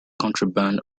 contraband